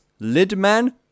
Lidman